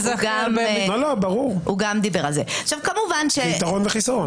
זה יתרון וחיסרון.